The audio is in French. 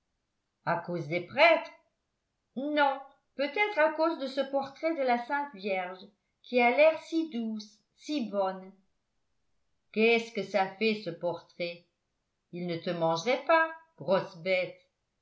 à cause des prêtres non peut-être à cause de ce portrait de la sainte vierge qui a l'air si douce si bonne qu'est-ce que ça fait ce portrait il ne te mangerait pas grosse bête